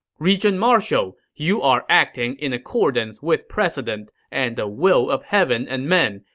regent-marshall, you are acting in accordance with precedent and the will of heaven and men.